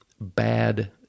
bad